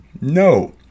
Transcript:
No